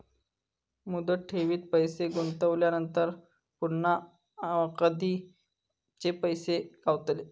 मुदत ठेवीत पैसे गुंतवल्यानंतर पुन्हा कधी आमचे पैसे गावतले?